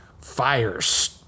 fires